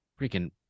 freaking